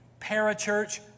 parachurch